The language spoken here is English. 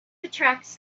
attracts